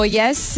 yes